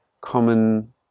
common